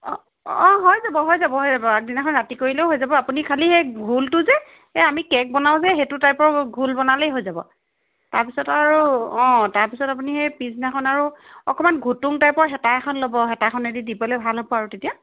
অঁঅঁ হৈ যাব হৈ যাব আগদিনাখন ৰাতি কৰিলেও হৈ যাব আপুনি খালি সেই ঘোলটো যে এই আমি কে'ক বনাওঁ যে সেইটো টাইপৰ ঘোল বনালেই হৈ যাব তাৰপিছত আৰু অঁ তাৰপিছত আপুনি সেই পিছদিনাখন আৰু অকণমান ঘুটুং টাইপৰ হেতা এখন ল'ব হেতাখনেদি দিবলৈ ভাল হ'ব আৰু তেতিয়া